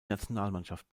nationalmannschaft